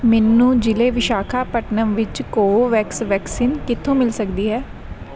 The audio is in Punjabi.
ਮੈਨੂੰ ਜਿਲ੍ਹੇ ਵਿਸ਼ਾਖਾਪਟਨਮ ਵਿੱਚ ਕੋਵੋਵੈਕਸ ਵੈਕਸੀਨ ਕਿੱਥੋਂ ਮਿਲ ਸਕਦੀ ਹੈ